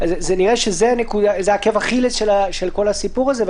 נראה שזה העקב אכילס של כל הסיפור הזה,